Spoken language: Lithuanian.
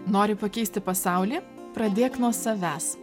nori pakeisti pasaulį pradėk nuo savęs